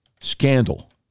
scandal